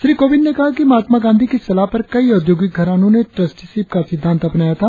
श्री कोविंद ने कहा कि महात्मा गांधी की सलाह पर कई औदयोगिकी घरानों ने ट्रस्टीशिप का सिद्धांत अपनाया था